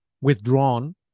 withdrawn